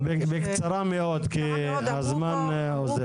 בקצרה מאוד כי הזמן אוזל.